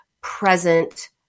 present